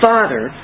Father